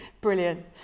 Brilliant